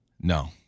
No